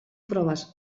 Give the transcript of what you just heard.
proves